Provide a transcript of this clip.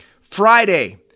Friday